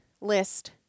list